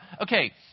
Okay